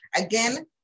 again